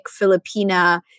Filipina